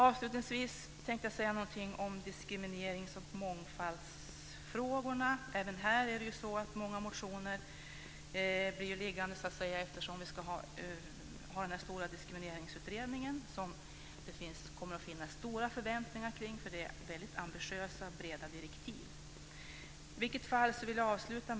Avslutningsvis tänkte jag säga något om diskriminerings och mångfaldsfrågorna. Även här blir många motioner liggande på grund av den kommande stora diskrimineringsutredningen som det kommer att finnas stora förväntningar på, eftersom direktiven är mycket ambitiösa och breda.